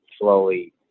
slowly